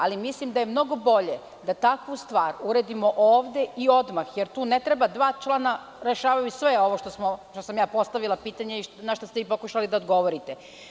Ali, mislim da je mnogo bolje da takvu stvar uredimo ovde i na odmah, jer tu ne treba puno, dva člana rešavaju sve ovo zašta sam postavila pitanje i našta ste vi pokušali da odgovorite.